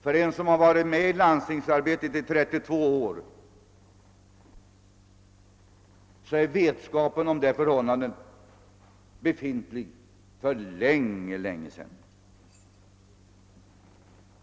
För den som varit med i landstingsarbetet i 32 år är detta kända saker sedan lång tid.